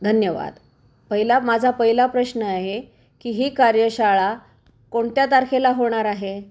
धन्यवाद पहिला माझा पहिला प्रश्न आहे की ही कार्यशाळा कोणत्या तारखेला होणार आहे